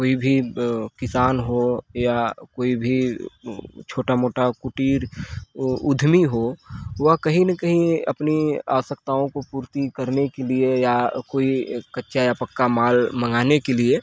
कोई भी किसान हो या कोई भी छोटा मोटा कुटीर उद्यमी हो वह कहीं न कहीं अपनी आवश्यकताओं को पूर्ति करने के लिए या कोई कच्चा या पक्का माल मंगाने के लिए